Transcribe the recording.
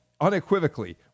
unequivocally